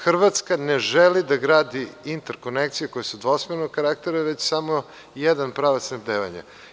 Hrvatska ne želi da gradi interkonekcije koje su dvosmernog karaktera, već samo jedan pravac snabdevanja.